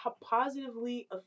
positively